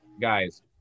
Guys